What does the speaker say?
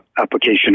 application